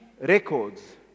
records